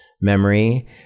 memory